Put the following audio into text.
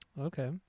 Okay